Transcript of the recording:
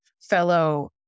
fellow